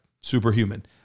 superhuman